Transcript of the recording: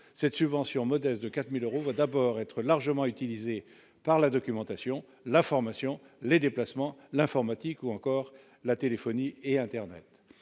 cette subvention modeste de 4000 euros vote être largement utilisé par la Documentation l'information, les déplacements, l'informatique ou encore la téléphonie et Internet